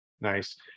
Nice